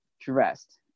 dressed